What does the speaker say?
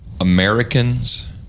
Americans